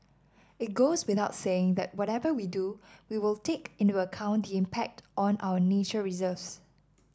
it goes without saying that whatever we do we will take into account the impact on our nature reserves